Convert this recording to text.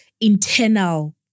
internal